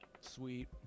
Sweet